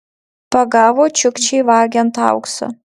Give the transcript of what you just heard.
pagavo čiukčį vagiant auksą